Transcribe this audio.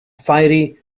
fiery